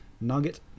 Nugget